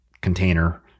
container